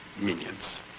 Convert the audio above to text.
minions